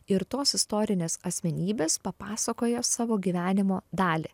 ir tos istorinės asmenybės papasakoja savo gyvenimo dalį